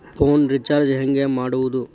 Phone recharge ಹೆಂಗೆ ಮಾಡೋದು?